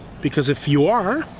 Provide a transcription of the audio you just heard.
because if you are,